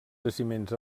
jaciments